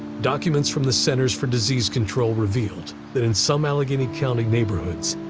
documents from the centers for disease control revealed that in some allegheny county neighborhoods,